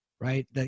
right